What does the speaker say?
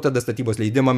tada statybos leidimam